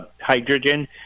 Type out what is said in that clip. hydrogen